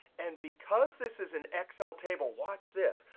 and because this is an excel table, watch this.